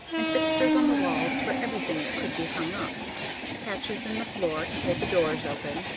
and fixtures on the walls for everything that could be hung up catches in the floor to hold the doors open,